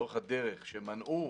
לאורך הדרך, שמנעו.